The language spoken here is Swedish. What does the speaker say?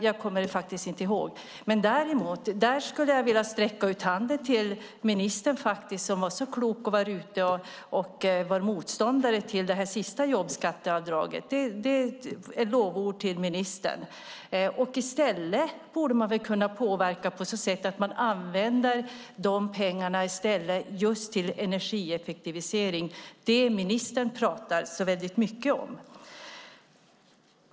Jag kommer faktiskt inte ihåg. I fråga om det skulle jag i alla fall vilja sträcka ut handen till ministern som var så klok och var motståndare till det sista jobbskatteavdraget. Där vill jag ge ministern ett lovord. I stället borde regeringen kunna påverka på så sätt att man använder dessa pengar till energieffektivisering - det ministern pratar så väldigt mycket om.